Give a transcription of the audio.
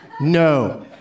No